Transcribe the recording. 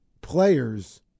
players